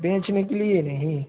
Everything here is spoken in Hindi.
बेचने के लिए नहीं